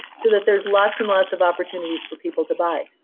so that there's lots and lots of opportunities for people to buy,